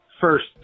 First